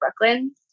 Brooklyn